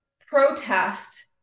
protest